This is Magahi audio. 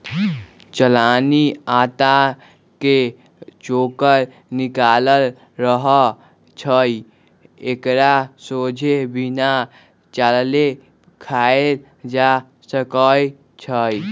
चलानि अटा के चोकर निकालल रहै छइ एकरा सोझे बिना चालले खायल जा सकै छइ